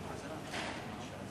(חברי הכנסת מכבדים בקימה את זכרו של